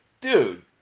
dude